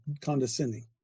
condescending